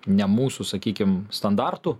ne mūsų sakykim standartų